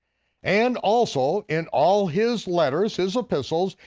and also in all his letters, his epistles,